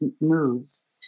moves